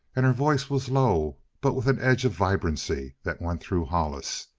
and her voice was low, but with an edge of vibrancy that went through hollis.